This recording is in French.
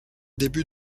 début